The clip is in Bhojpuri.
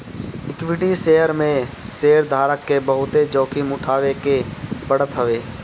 इक्विटी शेयर में शेयरधारक के बहुते जोखिम उठावे के पड़त हवे